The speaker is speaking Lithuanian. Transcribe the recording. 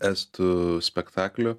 estų spektaklio